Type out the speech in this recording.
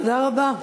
תודה רבה.